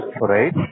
right